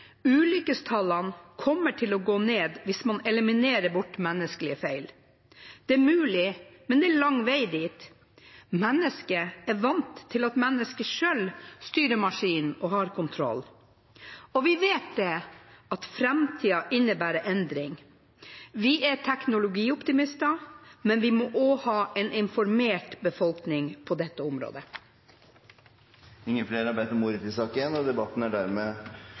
Ulykkestallene kommer til å gå ned hvis man eliminerer menneskelige feil. Det er mulig, men det er lang vei dit. Mennesket er vant til at mennesket selv styrer maskinen og har kontroll, og vi vet at framtiden innebærer endring. Vi er teknologioptimister, men vi må også ha en informert befolkning på dette området. Flere har ikke bedt om ordet til sak nr. 1. Etter ønske fra transport- og